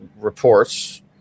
reports